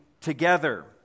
together